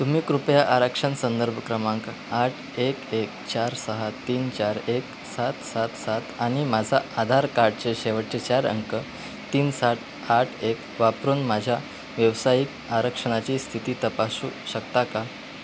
तुम्ही कृपया आरक्षण संदर्भ क्रमांक आठ एक एक चार सहा तीन चार एक सात सात सात आणि माझा आधार कार्डचे शेवटचे चार अंक तीन सात आठ एक वापरून माझ्या व्यवसायिक आरक्षणाची स्थिती तपासू शकता का